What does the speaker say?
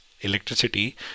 electricity